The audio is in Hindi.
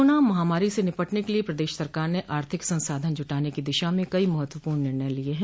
कोरोना महामारी से निपटने के लिये प्रदेश सरकार ने आर्थिक संसाधन जुटाने की दिशा में कई महत्वपूर्ण निर्णय लिये है